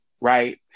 right